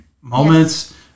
moments